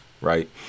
right